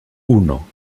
uno